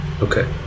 Okay